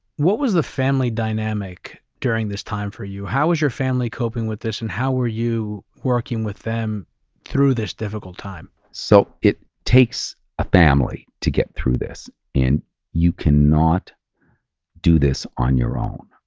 what was the family dynamic during this time for you? how was your family coping with this and how were you working with them through this difficult time? so it takes a family to get through this and you cannot do this on your own.